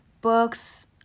books